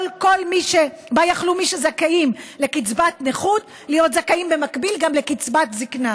שבה יכלו מי שזכאים לקצבת נכות להיות זכאים במקביל גם לקצבת זקנה,